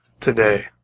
today